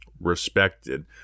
respected